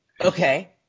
Okay